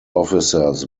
officers